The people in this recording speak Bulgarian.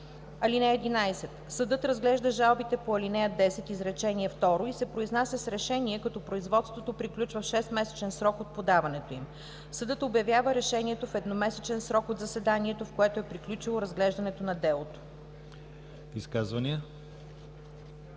(11) Съдът разглежда жалбите по ал. 10, изречение второ, и се произнася с решение, като производството приключва в 6-месечен срок от подаването им. Съдът обявява решението в едномесечен срок от заседанието, в което е приключило разглеждането на делото.“